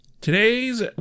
Today's